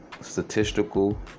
statistical